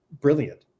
brilliant